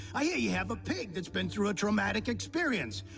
i yeah yeah have a pig. it's been through a traumatic experience.